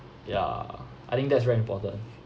ya I think that's very important